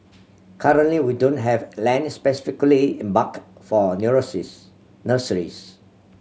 currently we don't have land specifically earmarked for nurseries